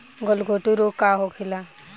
गलघोटू रोग का होला?